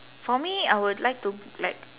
for me I would like to like